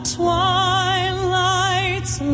twilight's